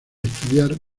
estudiar